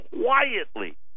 quietly